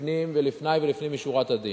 לפנים ולפני ולפנים משורת הדין.